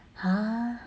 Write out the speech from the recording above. !huh!